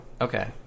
Okay